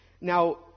Now